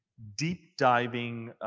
deep-diving,